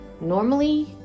Normally